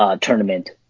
tournament